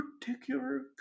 particular